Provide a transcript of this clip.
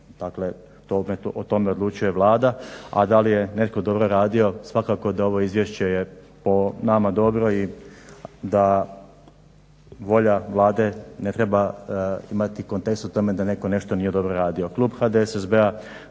dakle o tome odlučuje Vlada, a da li je netko dobro radio svakako da je ovo izvješće po nama dobro i da volja Vlade ne treba imati kontekst u tome da netko nešto nije dobro radio. Klub HDSSB-a